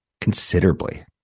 considerably